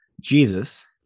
Jesus